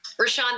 Rashawn